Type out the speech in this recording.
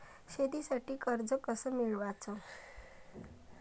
शेतीसाठी कर्ज कस मिळवाच?